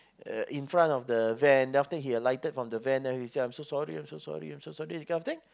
uh in front of the van then after that he alighted from the van then he say I'm so sorry I'm so sorry I'm so sorry that kind of thing